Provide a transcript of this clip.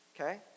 okay